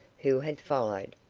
who had followed.